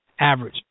Average